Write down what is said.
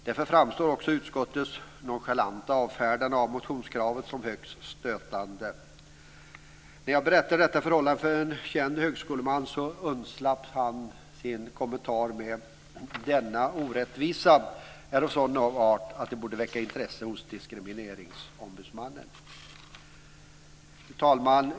Därför framstår utskottets nonchalanta avfärdande av motionskravet som högst stötande. När jag berättade om detta förhållande för en känd högskoleman undslapp han sig kommentaren: Denna orättvisa är av sådan art att den borde väcka intresse hos Diskrimineringsombudsmannen. Fru talman!